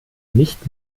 nicht